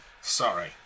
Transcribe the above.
Sorry